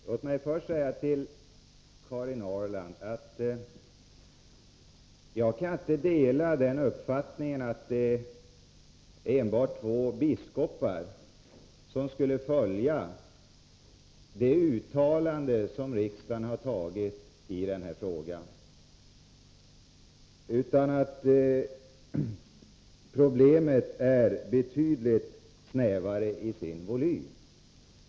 Herr talman! Låt mig först säga till Karin Ahrland att jag inte kan dela den uppfattningen att det enbart är två biskopar som följer det uttalande som riksdagen har gjort i denna fråga. Problemet är betydligt snävare i sin volym.